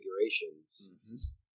configurations